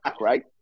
right